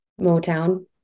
Motown